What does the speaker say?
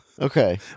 Okay